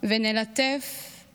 ונלטף /